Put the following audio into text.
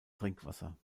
trinkwasser